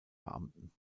beamten